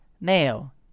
Male